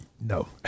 No